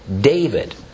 David